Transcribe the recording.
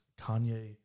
Kanye